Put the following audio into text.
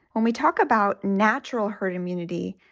when we talk about natural herd immunity,